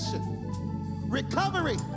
recovery